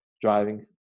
driving